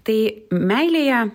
tai meilėje